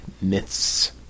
myths